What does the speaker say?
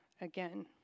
again